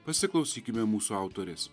pasiklausykime mūsų autorės